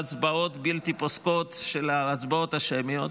בהצבעות בלתי פוסקות של ההצבעות השמיות,